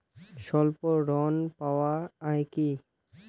স্বল্প ঋণ পাওয়া য়ায় কি?